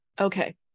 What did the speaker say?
Okay